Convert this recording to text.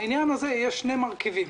בעניין הזה יש שני מרכיבים.